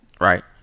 right